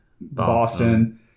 Boston